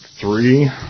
Three